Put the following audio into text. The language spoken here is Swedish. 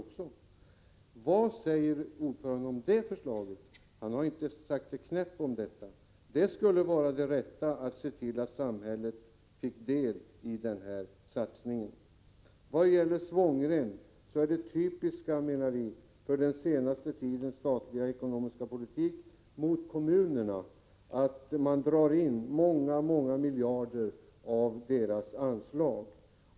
Vad säger utskottets ordförande om det förslaget? Det har han inte sagt ett knäpp om. Det skulle vara det rätta — att se till att samhället fick deli den satsningen. Sedan till talet om svångrem. Det typiska för den senaste tidens statliga ekonomiska politik mot kommunerna är att man drar in många miljarder av deras anslag.